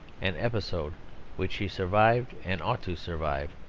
an episode which he survived and ought to survive.